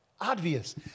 obvious